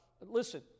listen